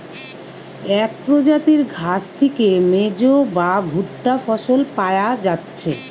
এক প্রজাতির ঘাস থিকে মেজ বা ভুট্টা ফসল পায়া যাচ্ছে